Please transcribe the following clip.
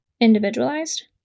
individualized